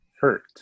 Hurt